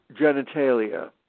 genitalia